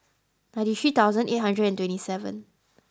ninety three thousand eight hundred and twenty seven